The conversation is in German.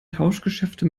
tauschgeschäfte